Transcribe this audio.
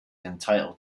entitled